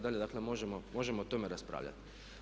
Dakle, možemo o tome raspravljati.